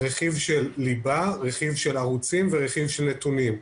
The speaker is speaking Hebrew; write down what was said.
רכיב ליבה, ערוצים ונתונים.